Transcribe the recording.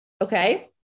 Okay